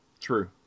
True